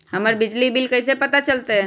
हमर बिजली के बिल कैसे पता चलतै?